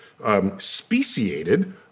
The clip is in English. speciated